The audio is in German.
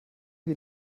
wie